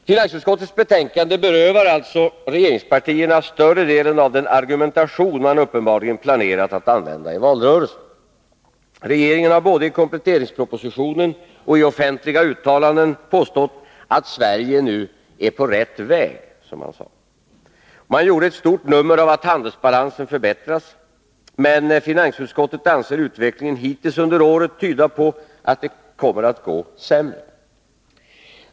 Finansutskottets betänkande berövar alltså regeringspartierna större delen av den argumentation man uppenbarligen planerat att använda i valrörelsen. Regeringen har både i kompletteringspropositionen och i offentliga uttalanden påstått att Sverige nu ”är på rätt väg”. Man gjorde ett stort nummer av att handelsbalansen förbättras — men finansutskottet anser utvecklingen hittills under året tyda på att det kommer att gå sämre.